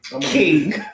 king